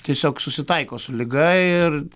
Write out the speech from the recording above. tiesiog susitaiko su liga ir